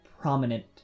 prominent